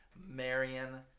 Marion